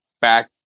back